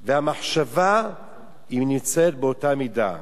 והמחשבה נמצאות באותה מידה.